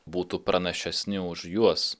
būtų pranašesni už juos